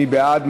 מי בעד?